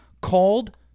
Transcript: called